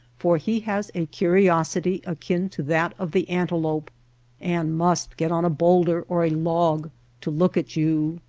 for he has a curiosity akin to that of the antelope and must get on a bowlder or a log to look at you.